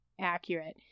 accurate